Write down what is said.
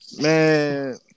man